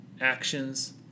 actions